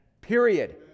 Period